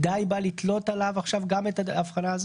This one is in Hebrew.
הבעיה היא שברגע שיש מקום עם תחלואה מאוד מאוד